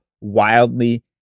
wildly